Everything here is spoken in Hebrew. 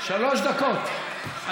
שלוש דקות.